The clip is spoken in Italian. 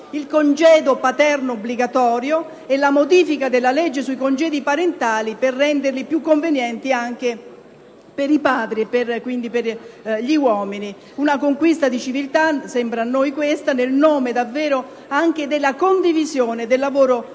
il congedo paterno obbligatorio e la modifica della legge sui congedi parentali per renderli più convenienti anche per i padri, e quindi per gli uomini. A noi questa sembra una conquista di civiltà, nel nome, davvero, della condivisione del lavoro di